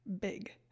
big